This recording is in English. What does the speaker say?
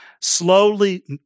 slowly